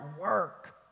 work